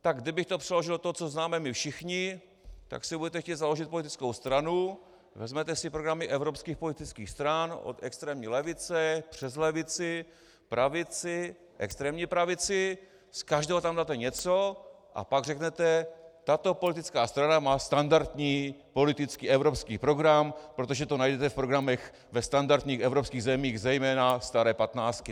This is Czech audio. Tak kdybych to přeložil, to, co známe my všichni, tak si budete chtít založit politickou stranu, vezmete si programy evropských politických stran od extrémní levice přes levici, pravici, extrémní pravici, z každého tam dáte něco a pak řeknete: tato politická strana má standardní politický evropský program, protože to najdete v programech ve standardních evropských zemích, zejména staré patnáctky.